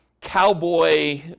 cowboy